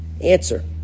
Answer